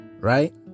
right